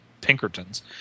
Pinkertons